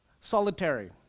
solitary